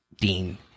Dean